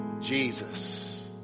Jesus